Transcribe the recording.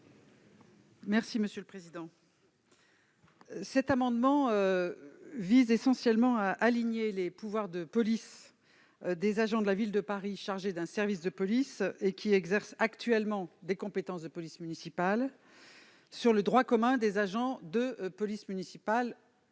Marie-Pierre de la Gontrie. Cet amendement vise essentiellement à aligner les pouvoirs de police des « agents de la Ville de Paris chargés d'un service de police », qui exercent actuellement les compétences de police municipale, sur le droit commun des agents de police municipale.